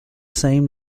same